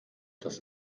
das